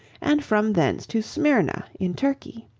and from thence to smyrna in turkey.